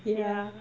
yeah